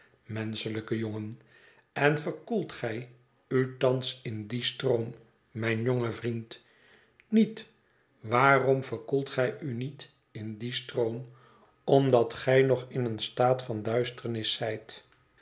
menschelijke jongen en verkoelt gij u thans in dien stroom mijn jonge vriend niet waarom verkoelt gij u niet in dien stroom omdat gij nog in een staat van duisternis zijt